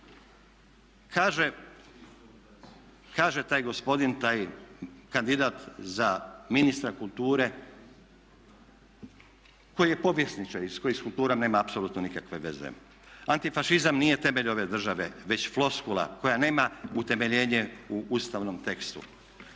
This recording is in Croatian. kaže taj gospodin, taj kandidat za ministra kulture koji je povjesničar, i s kojim kultura nema nikakve veze. Antifašizam nije temelj ove države već floskula koja nema utemeljenje u ustavnom tekstu.